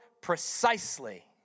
precisely